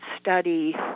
study